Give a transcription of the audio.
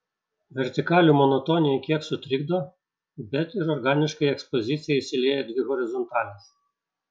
vertikalių monotoniją kiek sutrikdo bet ir organiškai į ekspoziciją įsilieja dvi horizontalės